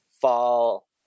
fall